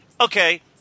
okay